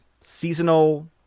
seasonal